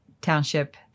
township